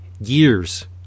years